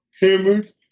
hammered